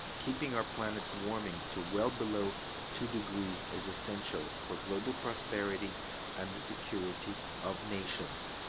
keeping our planet's warming to well below two degrees is essential for global prosperity and the security of nations.